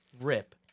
rip